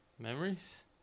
Memories